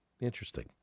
interesting